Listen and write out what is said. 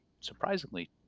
surprisingly